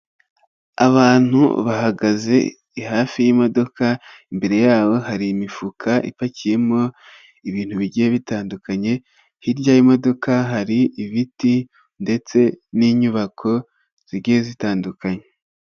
Abantu bahagaze hafi y'imodoka, imbere yabo hari imifuka ipakiyemo ibintu bigiye bitandukanye, hirya y'imodoka hari ibiti ndetse n'inyubako zigiye zitandukanye.